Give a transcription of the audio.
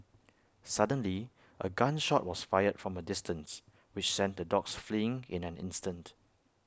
suddenly A gun shot was fired from A distance which sent the dogs fleeing in an instant